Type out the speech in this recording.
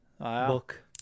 book